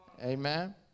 Amen